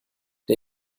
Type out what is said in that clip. der